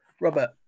Robert